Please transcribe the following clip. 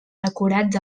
decorats